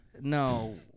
No